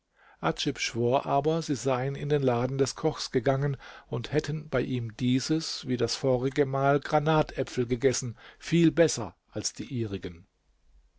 aber sie seien in den laden des kochs gegangen und hätten bei ihm dieses wie das vorige mal granatäpfel gegessen viel besser als die